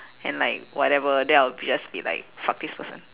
and like whatever then I'll be just be like fuck this person